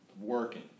working